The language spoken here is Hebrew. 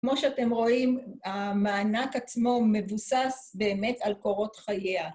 כמו שאתם רואים, המענק עצמו מבוסס באמת על קורות חייה.